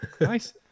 Nice